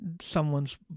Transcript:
someone's